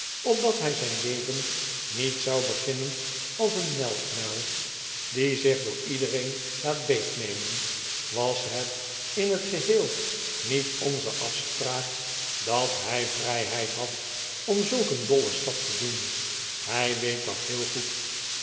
opdat hij zijn leven niet zou beginneh als een melkmuil die zich door iedereen laat beetnemen was het in het geheel niet onze afspraak dat hij vrijheid had om zulk een dollen stap te doen hij weet dat heel goed